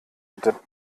bitte